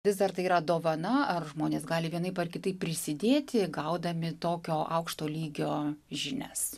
vis dar tai yra dovana ar žmonės gali vienaip ar kitaip prisidėti gaudami tokio aukšto lygio žinias